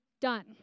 done